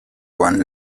one